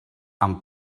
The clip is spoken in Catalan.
amb